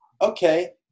okay